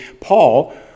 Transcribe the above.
Paul